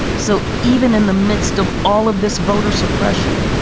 so even in the midst of all of this voter suppression,